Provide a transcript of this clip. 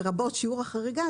לרבות שיעור החריגה,